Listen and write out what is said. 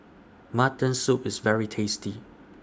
Mutton Soup IS very tasty